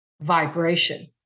vibration